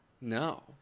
No